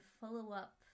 follow-up